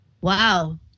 Wow